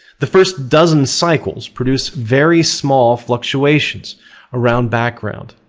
the first dozen cycles produce very small fluctuations around background,